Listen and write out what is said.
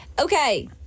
Okay